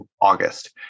August